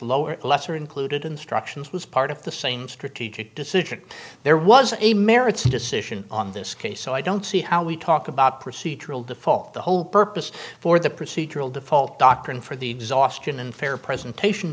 lower lesser included instructions was part of the same strategic decision there was a merits decision on this case so i don't see how we talk about procedural default the whole purpose for the procedural default doctrine for the exhaustion and fair presentation